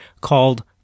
called